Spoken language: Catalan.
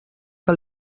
que